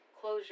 Closure